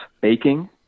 baking